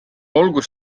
olgu